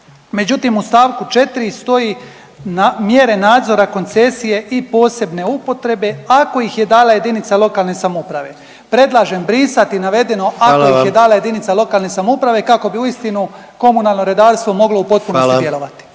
Međutim, u stavku 4. stoji mjere nadzora koncesije i posebne upotrebe ako ih je dala jedinica lokalne samouprave. Predlažem brisati navedeno ako ih je dala jedinica lokalne samouprave … …/Upadica predsjednik: Hvala vam./… … kako bi uistinu komunalno redarstvo moglo u potpunosti djelovati.